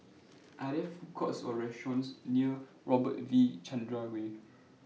Are There Food Courts Or restaurants near Robert V Chandran Way